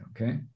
okay